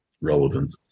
relevant